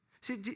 See